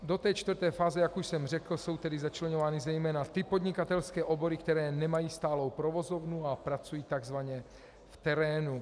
Do té čtvrté fáze, jak už jsem řekl, jsou tedy začleňovány zejména ty podnikatelské obory, které nemají stálou provozovnu a pracují takzvaně v terénu.